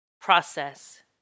process